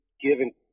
given